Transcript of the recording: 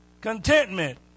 Contentment